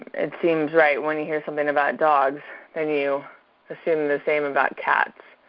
it seems right when you hear something about dogs then you assume the same about cats.